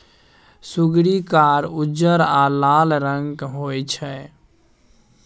सुग्गरि कार, उज्जर आ लाल रंगक होइ छै